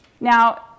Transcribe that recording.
Now